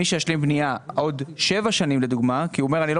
מי שישלים בנייה עוד שבע שנים לדוגמה כי הוא אומר הוא לא